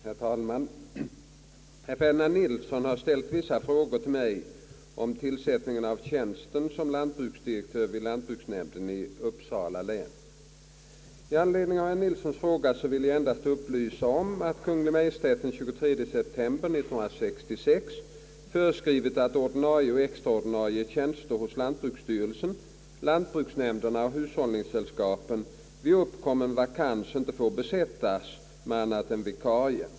Herr talman! Herr Ferdinand Nilsson har ställt vissa frågor till mig om tillsättningen av tjänsten som lantbruksdi I anledning av herr Nilssons fråga vill jag endast upplysa om att Kungl. Maj:t den 23 september 1966 föreskrivit att ordinarie och extra ordinarie tjänster hos lantbruksstyrelsen, lantbruksnämnderna och hushållningssällskapen vid uppkommen vakans inte får besättas med annan än vikarie.